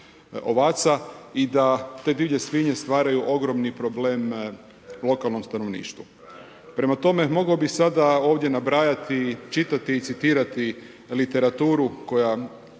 ovaca i da te divlje svinje stvaraju ogromni problem lokalnom stanovništvu. Prema tome, mogao bi sada ovdje nabrajati, čitati i citirati literaturu koja